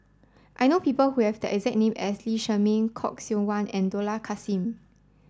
I know people who have the exact name as Lee Shermay Khoo Seok Wan and Dollah Kassim